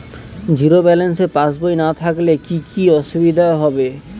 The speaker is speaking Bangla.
জিরো ব্যালেন্স পাসবই না থাকলে কি কী অসুবিধা হবে?